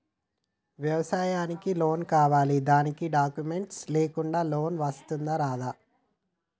వ్యవసాయానికి లోన్స్ కావాలి దానికి డాక్యుమెంట్స్ లేకుండా లోన్ వస్తుందా రాదా?